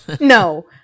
no